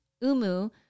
Umu